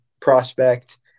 prospect